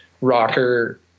rocker